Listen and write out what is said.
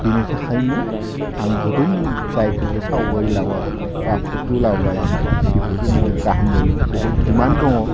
बिनि थाखायनो आं गोदोनि जायफोरखो सावगारि लाबाय बा फट' लाबाय बिफोरखो माने गाहाम मोनो बुहुद डिमान्ड दङ